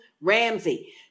Ramsey